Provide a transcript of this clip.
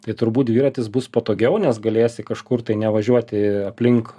tai turbūt dviratis bus patogiau nes galėsi kažkur tai nevažiuoti aplink